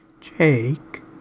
Jake